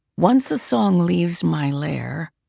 once a song leaves my lair,